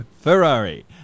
Ferrari